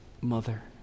mother